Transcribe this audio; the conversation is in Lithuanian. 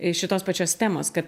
šitos pačios temos kad